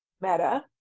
meta